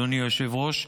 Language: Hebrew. אדוני היושב-ראש,